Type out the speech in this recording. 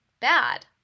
Bad